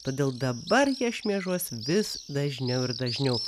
todėl dabar jie šmėžuos vis dažniau ir dažniau